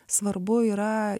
svarbu yra